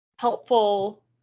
Helpful